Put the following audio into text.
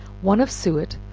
one of suet,